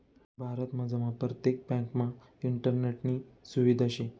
भारतमझार परतेक ब्यांकमा इंटरनेटनी सुविधा शे